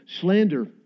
slander